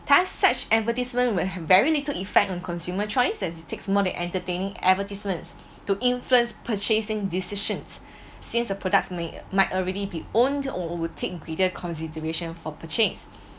thus such advertisement will have very little effect on consumer choices takes more than entertaining advertisements to influence purchasing decisions since a products may might already be owned or or would take greater consideration for purchase